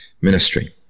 ministry